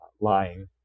lying